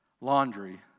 laundry